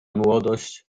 młodość